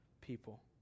people